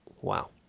Wow